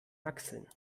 achseln